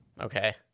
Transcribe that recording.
Okay